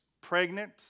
pregnant